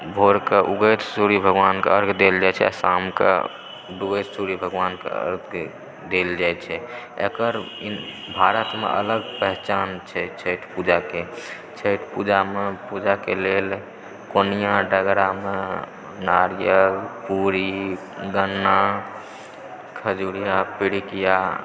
भोरकऽ उगैत सूर्य भगवानकऽ अर्घ्य देल जाइ छै आ शामकऽ डुबैत सूर्य भगवानकऽ अर्घ्य देल जाइ छै एकर भारतमे अलग पहचान छै छठि पूजाकऽ छठि पूजामे पूजाक लेल कोनिआ डगरामे नारियल पूरी गन्ना खजुरिया पिरुकिआ